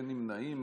אין נמנעים.